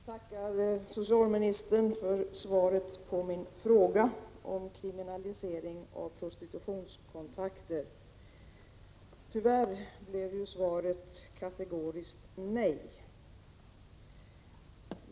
Herr talman! Jag tackar socialministern för svaret på min fråga om kriminalisering av prostitutionskontakter. Tyvärr blev svaret ett kategoriskt nej.